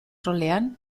rolean